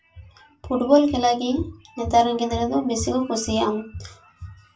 football ᱠᱷᱮᱞᱟ ᱜᱮ ᱱᱮᱛᱟᱨ ᱨᱮᱱ ᱜᱤᱫᱽᱨᱟᱹ ᱫᱚ ᱵᱮᱥᱤ ᱠᱚ ᱠᱩᱥᱤᱭᱟᱜᱼᱟ